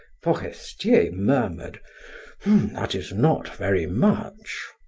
forestier murmured that is not very much.